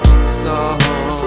song